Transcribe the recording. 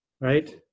right